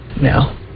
No